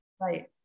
right